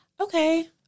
okay